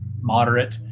moderate